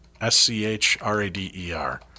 S-C-H-R-A-D-E-R